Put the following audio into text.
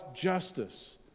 justice